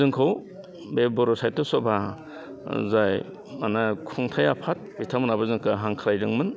जोंखौ बे बर' साहित्य सभा जाय माने खुंथाइ आफाद बिथांमोनाबो जोंखौ हांख्रायदोंमोन